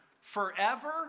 forever